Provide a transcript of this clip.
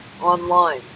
online